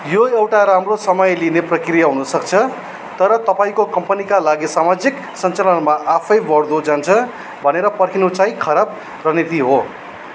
यो एउटा राम्रो समय लिने प्रक्रिया हुनसक्छ तर तपाईँँको कम्पनीका लागि सामाजिक सन्चालनमा आफै बढ्दो जान्छ भनेर पर्खिनु चाहिँ खराब रणनीति हो